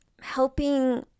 helping